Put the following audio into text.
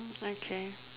okay